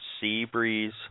Seabreeze